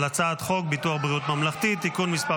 הצעת חוק ביטוח בריאות ממלכתי (תיקון מס'